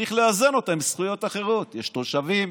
וצריך לאזן אותה עם זכויות אחרות, יש תושבים,